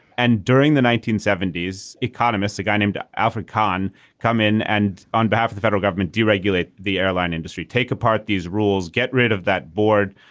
and during the nineteen seventy s economists a guy named alfred kahn come in and on behalf of the federal government deregulate the airline industry take apart these rules get rid of that board.